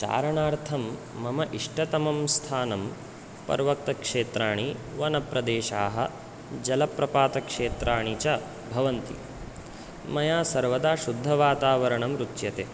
चारणार्थं मम इष्टतमं स्थानं पर्वतक्षेत्राणि वनप्रदेशाः जलप्रपातक्षेत्राणि च भवन्ति मया सर्वदा शुद्धवातावरणं रुच्यते